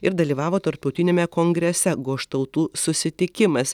ir dalyvavo tarptautiniame kongrese goštautų susitikimas